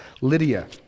Lydia